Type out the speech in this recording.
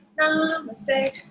Namaste